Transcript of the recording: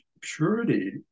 purity